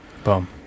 Boom